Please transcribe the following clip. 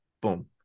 Boom